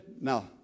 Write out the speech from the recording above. now